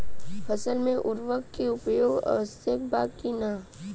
फसल में उर्वरक के उपयोग आवश्यक बा कि न?